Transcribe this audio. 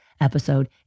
episode